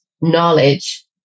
knowledge